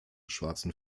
schwarzen